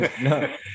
No